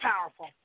powerful